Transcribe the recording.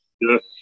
Yes